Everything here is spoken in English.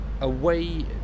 away